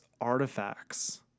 artifacts